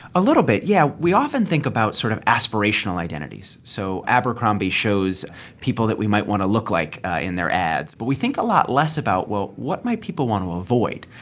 a little bit, yeah. we often think about sort of aspirational identities. so abercrombie shows people that we might want to look like in their ads. but we think a lot less about, well, what might people want to avoid,